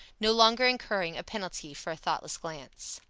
no longer incurring a penalty for a thoughtless glance.